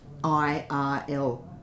IRL